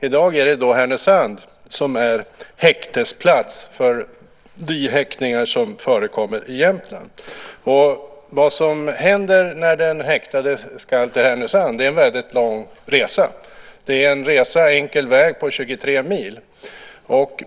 I dag är det Härnösand som är häktesplats för de häktningar som förekommer i Jämtland. Vad som sker när den häktade ska till Härnösand är en väldigt lång resa. Det är en resa, enkel väg, på 23 mil.